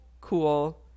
cool